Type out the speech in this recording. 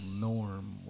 norm